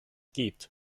gibt